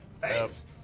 Thanks